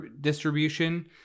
distribution